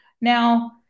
Now